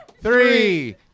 three